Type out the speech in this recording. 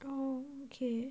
oh okay